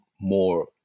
more